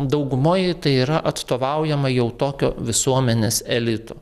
daugumoje tai yra atstovaujama jau tokio visuomenės elito